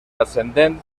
ascendent